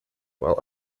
while